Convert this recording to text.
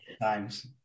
times